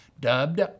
dubbed